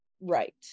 right